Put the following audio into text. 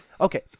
okay